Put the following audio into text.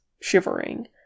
shivering